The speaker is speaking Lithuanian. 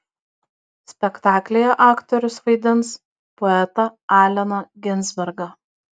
spektaklyje aktorius vaidins poetą alleną ginsbergą